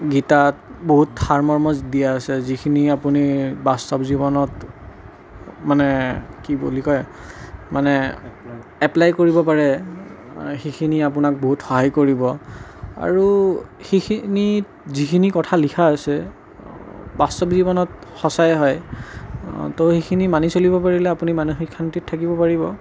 গীতাত বহুত সাৰমৰ্ম দিয়া আছে যিখিনি আপুনি বাস্তৱ জীৱনত মানে কি বুলি কয় মানে এপ্প্লাই কৰিব পাৰে সেইখিনি আপোনাক বহুত সহায় কৰিব আৰু সেইখিনিত যিখিনি কথা লিখা হৈছে বাস্তৱ জীৱনত সঁচাই হয় তো সেইখিনি মানি চলিব পাৰিলে আপুনি মানসিক শান্তিত থাকিব পাৰিব